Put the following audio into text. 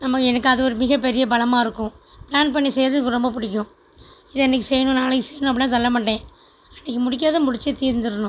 நம்ம எனக்கு அது ஒரு மிக பெரிய பலமாக இருக்கும் பிளான் பண்ணி செய்யறது எனக்கு ரொம்ப பிடிக்கும் இத இன்னிக்கு செய்யணும் நாளைக்கு செய்யணும் அப்படில்லாம் சொல்லமாட்டேன் அன்னிக்கு முடிகிறதை முடித்தே தீந்துரணும்